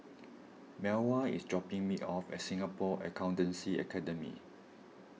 Melva is dropping me off at Singapore Accountancy Academy